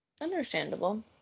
Understandable